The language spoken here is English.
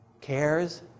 cares